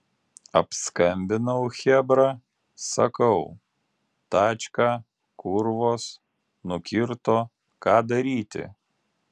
apskambinau chebra sakau tačką kurvos nukirto ką daryti